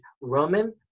Roman